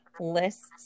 lists